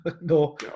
No